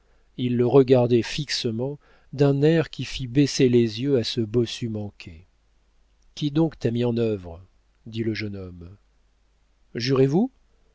il le regardait fixement d'un air qui fit baisser les yeux à ce bossu manqué qui donc t'a mis en œuvre dit le jeune homme jurez vous